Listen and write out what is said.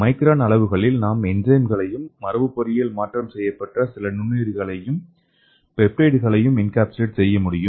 micron அளவுகளில் நாம் என்சைம்ககளையும் மரபுப் பொறியியல் மாற்றம் செய்யப்பட்ட சில நுண்ணுயிரிகளையும் பெப்டைட் களையும் என்கேப்சுலேட் செய்ய முடியும்